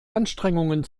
anstrengungen